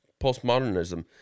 postmodernism